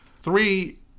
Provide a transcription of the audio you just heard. three